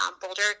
Boulder